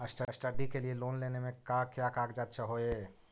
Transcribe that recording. Study के लिये loan लेने मे का क्या कागजात चहोये?